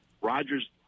Rodgers